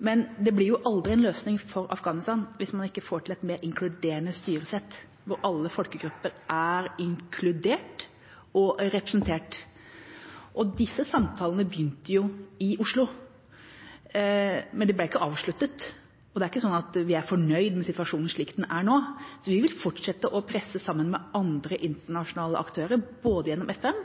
Men det blir jo aldri en løsning for Afghanistan hvis man ikke får til et mer inkluderende styresett hvor alle folkegrupper er inkludert og representert. Disse samtalene begynte i Oslo, men de ble ikke avsluttet, og det er ikke sånn at vi er fornøyd med situasjonen slik den er nå. Vi vil fortsette å presse sammen med andre internasjonale aktører, både gjennom FN